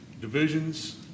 divisions